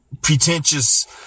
pretentious